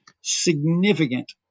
significant